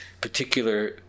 particular